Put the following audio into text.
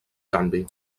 canvi